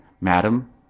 madam